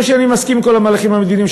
לא שאני מסכים עם כל המהלכים המדיניים,